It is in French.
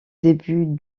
début